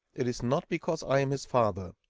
it is not because i am his father,